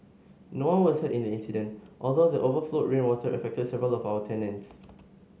no one was hurt in the incident although the overflowed rainwater affected several of our tenants